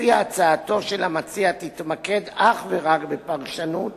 שלפיה הצעתו של המציע תתמקד אך ורק בפרשנות